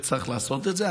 וצריך לעשות את זה.